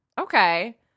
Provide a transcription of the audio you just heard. Okay